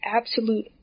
absolute